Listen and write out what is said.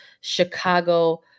Chicago